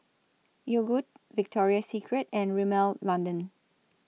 Yogood Victoria Secret and Rimmel London